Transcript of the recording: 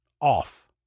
off